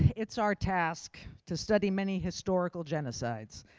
it's our task to study many historical genocides.